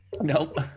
nope